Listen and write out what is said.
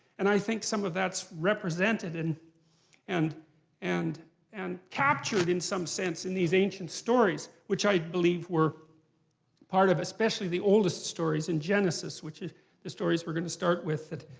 and i think some of that's represented and and and and captured, in some sense, in these ancient stories. which i believe were part of, especially the oldest stories, in genesis, which are the stories we're going to start with,